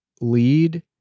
lead